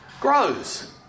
grows